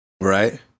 Right